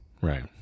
Right